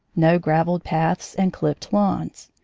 no graveled paths and clipped lawns.